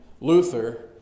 Luther